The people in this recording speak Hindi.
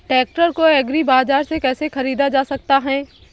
ट्रैक्टर को एग्री बाजार से कैसे ख़रीदा जा सकता हैं?